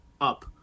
up